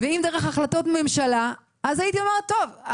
ואם דרך החלטות ממשלה - אז הייתי אומרת: טוב,